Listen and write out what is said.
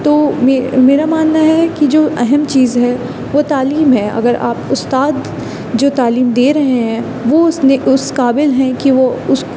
تو میرا ماننا ہے کہ جو اہم چیز ہے وہ تعلیم ہے اگر آپ استاد جو تعلیم دے رہے ہیں وہ اس نے اس قابل ہیں کہ وہ اس